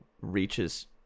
reaches